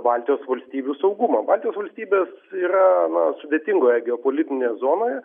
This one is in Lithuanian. baltijos valstybių saugumą baltijos valstybės yra na sudėtingoje geopolitinėj zonoje